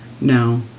No